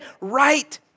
right